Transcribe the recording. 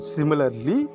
Similarly